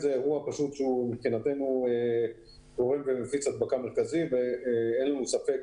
מבחינתנו זה גורם הדבקה מרכזי ואין לנו ספק